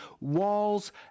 walls